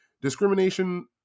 discrimination